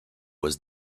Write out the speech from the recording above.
was